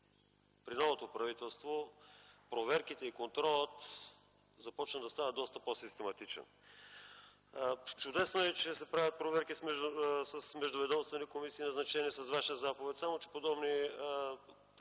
при новото правителство проверките и контролът започнаха да стават доста по-систематични. Чудесно е, че се правят проверки с междуведомствени комисии, назначени с Ваша заповед, само че подобни опити